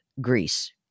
Greece